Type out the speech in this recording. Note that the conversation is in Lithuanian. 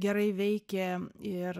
gerai veikė ir